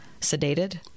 sedated